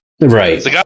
Right